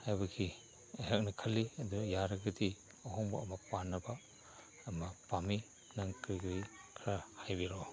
ꯍꯥꯏꯕꯒꯤ ꯑꯩꯍꯥꯛꯅ ꯈꯜꯂꯤ ꯑꯗꯨꯅ ꯌꯥꯔꯒꯗꯤ ꯑꯍꯣꯡꯕ ꯑꯃ ꯄꯥꯟꯅꯕ ꯑꯃ ꯄꯥꯝꯃꯤ ꯅꯪ ꯀꯔꯤ ꯀꯔꯤ ꯈꯔ ꯍꯥꯏꯕꯤꯔꯛꯑꯣ